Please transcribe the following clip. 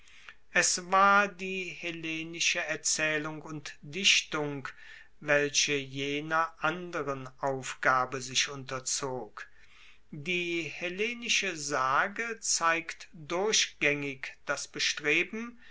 es war die hellenische erzaehlung und dichtung welche jener anderen aufgabe sich unterzog die hellenische sage zeigt durchgaengig das bestreben